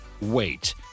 wait